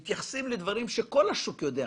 ולא מתייחסים לדברים שכל השוק יודע.